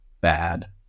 bad